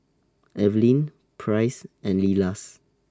Evelin Price and Leila's